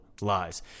lies